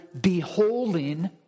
beholding